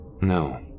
No